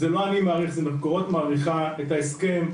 זה לא אני מאריך, זה מקורות מאריכה את ההסכם.